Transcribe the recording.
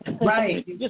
Right